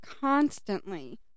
constantly